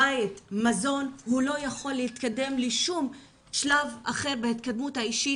בית ומזון הוא לא יכול להתקדם לשום שלב אחר בהתקדמות האישית,